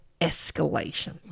escalation